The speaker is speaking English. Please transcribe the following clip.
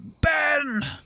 Ben